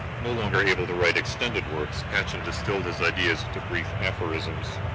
no longer able to write extended works, patchen distilled his ideas into brief aphorisms,